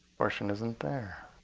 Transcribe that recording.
portion isn't there.